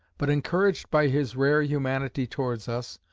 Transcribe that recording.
but encouraged by his rare humanity towards us,